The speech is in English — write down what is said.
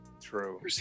True